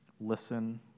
Listen